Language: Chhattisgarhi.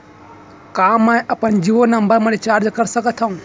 का मैं अपन जीयो नंबर म रिचार्ज कर सकथव?